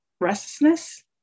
restlessness